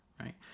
right